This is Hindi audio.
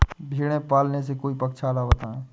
भेड़े पालने से कोई पक्षाला बताएं?